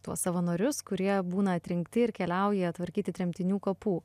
tuos savanorius kurie būna atrinkti ir keliauja tvarkyti tremtinių kapų